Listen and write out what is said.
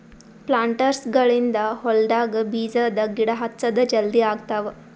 ಪ್ಲಾಂಟರ್ಸ್ಗ ಗಳಿಂದ್ ಹೊಲ್ಡಾಗ್ ಬೀಜದ ಗಿಡ ಹಚ್ಚದ್ ಜಲದಿ ಆಗ್ತಾವ್